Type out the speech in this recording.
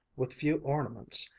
with few ornaments,